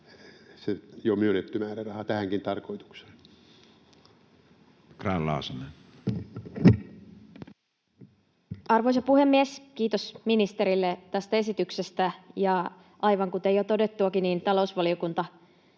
se jo myönnetty määräraha riittää tähänkin tarkoitukseen.